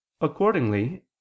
accordingly